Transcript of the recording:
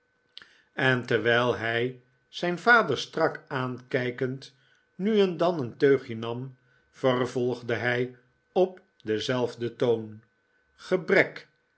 en terwijl hij zijn vader strak aankijkend mi en dan een teugje nam vervolgde hij op denzelfden toon gebrek